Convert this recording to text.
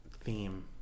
theme